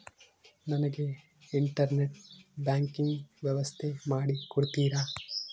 ನನಗೆ internet banking ವ್ಯವಸ್ಥೆ ಮಾಡಿ ಕೊಡ್ತೇರಾ?